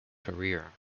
career